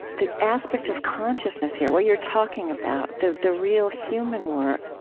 the aspect of consciousness here, what you're talking about the the real human work,